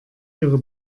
ihre